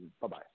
Bye-bye